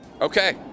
Okay